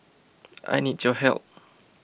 I need your help